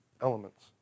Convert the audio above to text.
elements